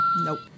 Nope